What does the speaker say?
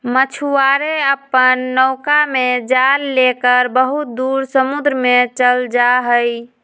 मछुआरे अपन नौका में जाल लेकर बहुत दूर समुद्र में चल जाहई